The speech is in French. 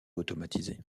automatisé